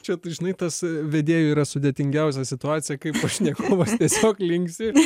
čia tai žinai tas vedėjui yra sudėtingiausia situacija kai pašnekovas tiesiog linksi